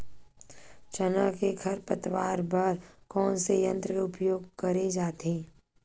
चना के खरपतवार बर कोन से यंत्र के उपयोग करे जाथे?